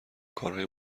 کارهای